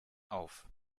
auf